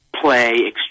play